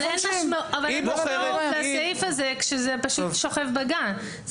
אין משמעות שזה פשוט שוכב בגן.